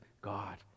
God